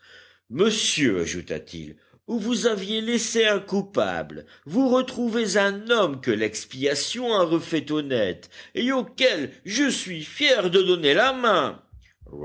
monsieur ajouta-t-il où vous aviez laissé un coupable vous retrouvez un homme que l'expiation a refait honnête et auquel je suis fier de donner la main